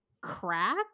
crack